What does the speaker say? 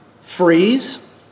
freeze